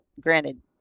granted